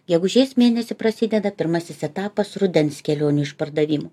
gegužės mėnesį prasideda pirmasis etapas rudens kelionių išpardavimų